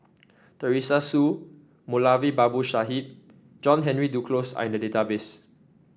Teresa Hsu Moulavi Babu Sahib John Henry Duclos are in the database